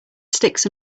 sticks